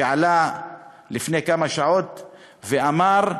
שעלה לפני כמה שעות ואמר: